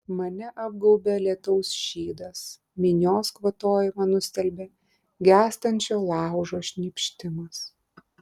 mane apgaubia lietaus šydas minios kvatojimą nustelbia gęstančio laužo šnypštimas